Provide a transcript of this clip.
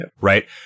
right